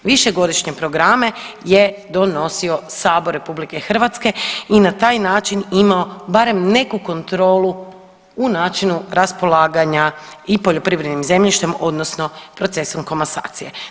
Višegodišnje programe je donosio sabor RH i na taj način imao barem neku kontrolu u načinu raspolaganja i poljoprivrednim zemljištem odnosno procesom komasacije.